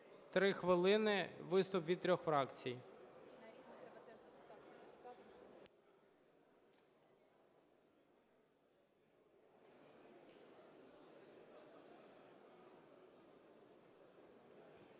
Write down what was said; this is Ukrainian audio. – 3 хвилини, виступ від трьох фракцій.